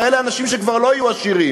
הרי אלה אנשים שכבר לא יהיו עשירים,